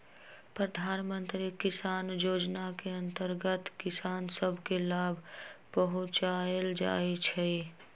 प्रधानमंत्री किसान जोजना के अंतर्गत किसान सभ के लाभ पहुंचाएल जाइ छइ